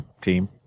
team